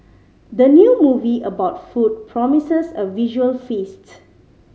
the new movie about food promises a visual feast